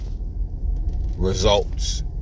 results